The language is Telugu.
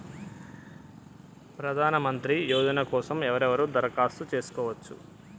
ప్రధానమంత్రి యోజన కోసం ఎవరెవరు దరఖాస్తు చేసుకోవచ్చు?